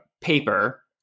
paper